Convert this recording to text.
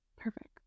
Perfect